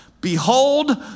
Behold